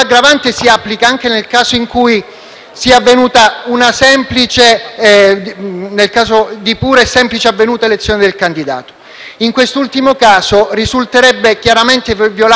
si applica anche nel caso di pura e semplice avvenuta elezione del candidato? In quest'ultimo caso risulterebbe chiaramente violato il principio di offensività.